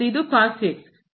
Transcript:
ಇದು 1 ಆಗಿರುತ್ತದೆ